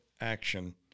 action